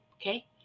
Okay